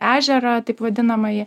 ežerą taip vadinamąjį